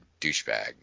douchebag